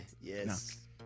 Yes